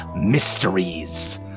mysteries